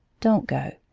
don't go.